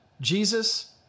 Jesus